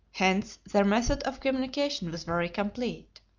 hence their method of communication was very complete.